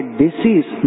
disease